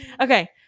Okay